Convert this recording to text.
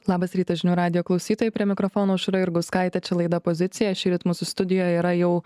labas rytas žinių radijo klausytojai prie mikrofono aušra jurgauskaitė čia laida pozicija šįryt mūsų studijoje yra jau